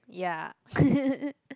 ya